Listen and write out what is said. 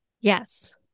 Yes